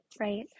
right